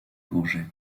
bourget